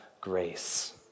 grace